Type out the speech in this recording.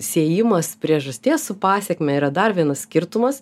siejimas priežasties su pasekme yra dar vienas skirtumas